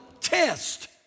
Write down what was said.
test